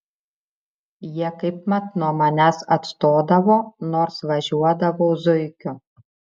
jie kaip mat nuo manęs atstodavo nors važiuodavau zuikiu